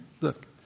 Look